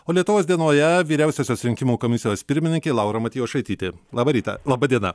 o lietuvos dienoje vyriausiosios rinkimų komisijos pirmininkė laura matjošaitytė labą rytą laba diena